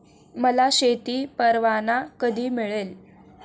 मला शेती परवाना कधी मिळेल?